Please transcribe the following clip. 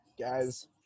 Guys